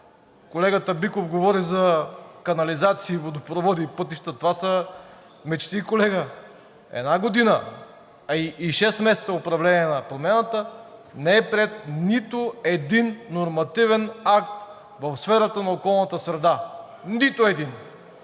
колегата Биков говори за канализации, водопроводи и пътища, това са мечти, колега, една година и шест месеца управление на Промяната не е приет нито един нормативен акт в сферата на околната среда. Нито един.